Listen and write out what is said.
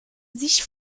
sich